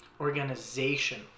organization